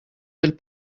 del